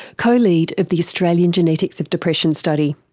co-lead of the australian genetics of depression study.